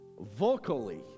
vocally